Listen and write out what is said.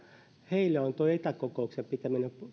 heille on tuo etäkokouksien pitäminen